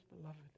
beloved